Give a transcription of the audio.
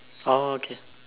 oh okay